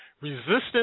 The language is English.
Resistance